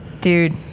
Dude